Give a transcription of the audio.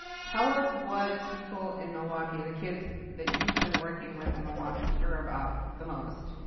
tell us what people in milwaukee, the kids that you've been working with in milwaukee care about the most.